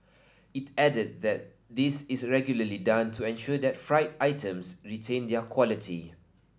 it added that this is regularly done to ensure that fried items retain their quality